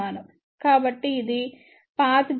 కాబట్టి ఇది path gain